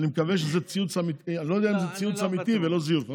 אני לא יודע אם זה ציוץ אמיתי ולא זיוף,